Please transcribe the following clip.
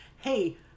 hey